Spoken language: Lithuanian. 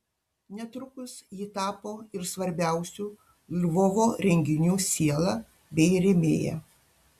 netrukus ji tapo ir svarbiausių lvovo renginių siela bei rėmėja